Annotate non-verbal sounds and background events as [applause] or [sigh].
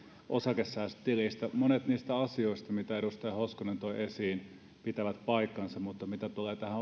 osakesäästötilistä monet niistä asioista mitä edustaja hoskonen toi esiin pitävät paikkansa mutta mitä tulee tähän [unintelligible]